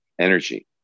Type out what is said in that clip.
energy